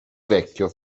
vecchio